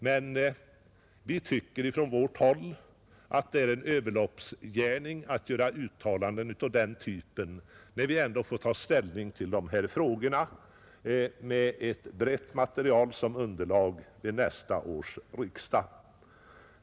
Men vi tycker på vårt håll att det är en överloppsgärning att göra uttalanden av den typen när vi ändå får ta ställning till dessa frågor vid nästa års riksdag.